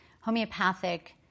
Homeopathic